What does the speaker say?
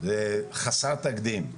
זה חסר תקדים.